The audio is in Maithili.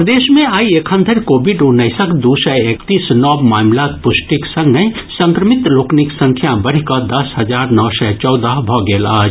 प्रदेश मे आइ एखनधरि कोविड उन्नैसक दू सय एकतीस नव मामिलाक पुष्टिक संगहि संक्रमित लोकनिक संख्या बढ़ि कऽ दस हजार नओ सय चौदह भऽ गेल अछि